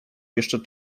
jeszcze